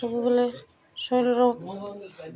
ସବୁବେଲେ ଶରୀର